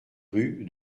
rue